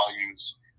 values